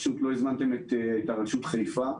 לא הזמנתם לכאן את אנשי הרשות המקומית של חיפה.